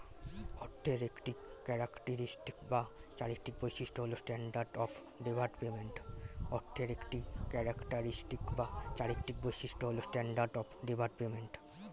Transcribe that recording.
অর্থের একটি ক্যারেক্টারিস্টিক বা চারিত্রিক বৈশিষ্ট্য হল স্ট্যান্ডার্ড অফ ডেফার্ড পেমেন্ট